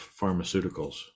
pharmaceuticals